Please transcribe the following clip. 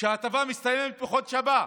שההטבה מסתיימת בחודש הבא,